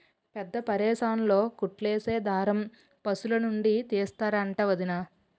పెద్దాపరేసన్లో కుట్లేసే దారం పశులనుండి తీస్తరంట వొదినా